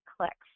clicks